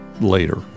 later